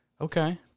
Okay